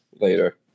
later